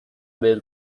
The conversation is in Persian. بهت